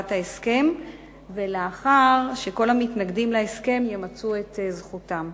ההסכם ולאחר שכל המתנגדים להסכם ימצו את זכותם.